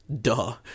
Duh